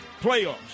playoffs